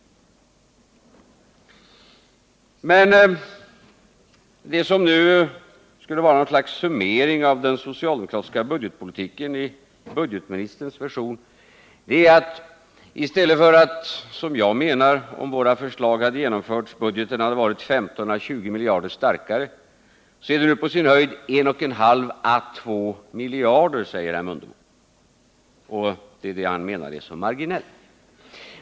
Jag menar att budgeten skulle ha varit 15 ä 20 miljarder starkare, om våra förslag hade genomförts. Men i budgetministerns version av summeringen av den socialdemokratiska budgetpolitiken är skillnaden på sin höjd 1,5 å 2 miljarder. Det är detta som han menar är så marginellt.